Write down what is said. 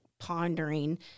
pondering